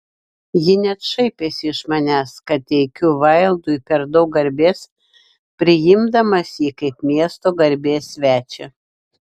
ji net šaipėsi iš manęs kad teikiu vaildui per daug garbės priimdamas jį kaip miesto garbės svečią